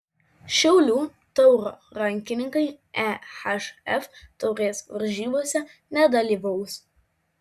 šiaulių tauro rankininkai ehf taurės varžybose nedalyvaus